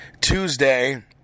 Tuesday